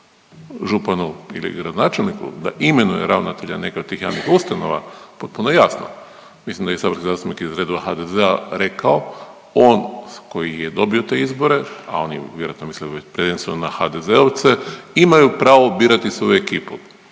županu ili gradonačelniku da imenuje ravnatelje nekih od tih javnih ustanova, potpuno je jasno. Mislim da je i saborski zastupnik iz redova HDZ-a rekao, on koji je dobio te izbore, a on je vjerojatno mislio prvenstveno na HDZ-ovce imaju pravo birati svoju ekipu.